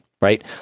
right